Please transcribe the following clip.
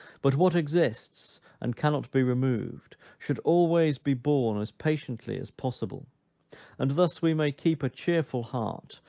but what exists, and cannot be removed, should always be borne as patiently as possible and thus we may keep a cheerful heart,